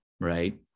Right